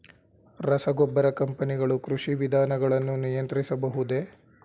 ರಸಗೊಬ್ಬರ ಕಂಪನಿಗಳು ಕೃಷಿ ವಿಧಾನಗಳನ್ನು ನಿಯಂತ್ರಿಸಬಹುದೇ?